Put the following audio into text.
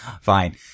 Fine